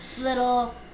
little